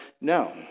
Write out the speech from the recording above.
no